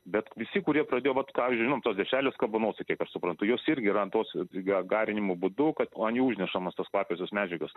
bet visi kurie pradėjo vat ką žinom tos dešrelės kabonosi kiek aš suprantu jos irgi yra ant tos a ga garinimo būdu kad o an jų užnešamas tos kvapiosios medžiagos